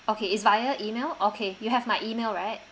okay is via email okay you have my email right